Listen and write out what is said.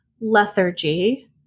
lethargy